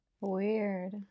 Weird